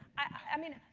i mean,